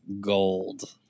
gold